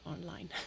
online